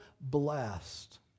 blessed